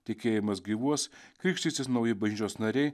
tikėjimas gyvuos krikštysis nauji bažnyčios nariai